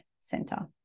center